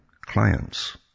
clients